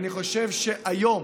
אני חושב שהיום